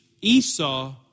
Esau